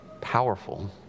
powerful